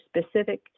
specific